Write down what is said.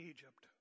Egypt